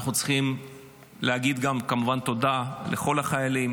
אנחנו צריכים להגיד גם כמובן תודה לכל החיילים